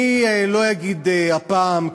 אני לא אגיד הפעם,